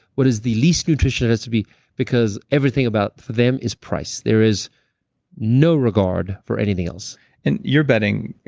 what is the least nutrition it has to be because everything about it for them is price. there is no regard for anything else and you're betting,